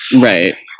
Right